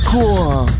Cool